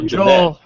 Joel